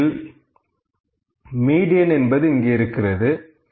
உண்மையில் மீடியன் இங்கு இருக்கிறது